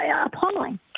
appalling